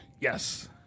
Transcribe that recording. Yes